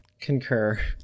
Concur